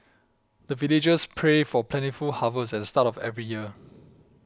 the villagers pray for plentiful harvest at the start of every year